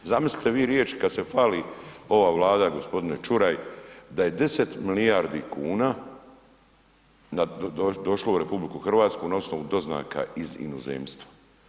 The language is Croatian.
Zamislite vi riječi kad se hvali ova Vlada gospodine Čuraj da je 10 milijardi kuna došlo u RH na osnovu doznaka iz inozemstva.